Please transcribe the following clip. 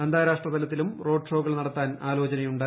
അന്താരാഷ്ട്ര തലത്തിലും റോഡ്ഷോകൾ നടത്താൻ ആലോചനയുണ്ട്